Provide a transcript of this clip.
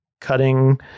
cutting